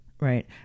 Right